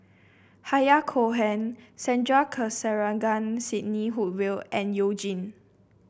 Yahya Cohen Sandrasegaran Sidney Woodhull and You Jin